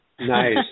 Nice